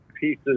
pieces